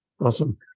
Awesome